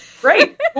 Great